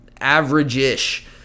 average-ish